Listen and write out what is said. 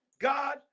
God